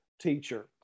teacher